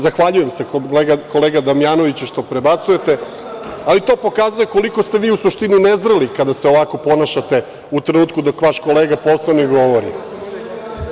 Zahvaljujem se, kolega Damjanoviću, što dobacujete, ali to pokazuje koliko ste vi u suštini nezreli kada se ovako ponašate u trenutku dok vaš kolega poslanik govori.